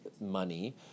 money